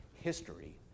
history